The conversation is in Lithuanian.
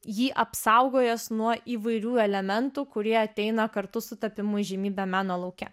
jį apsaugojęs nuo įvairių elementų kurie ateina kartu su tapimo įžymybe meno lauke